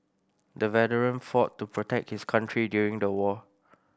the veteran fought to protect his country during the war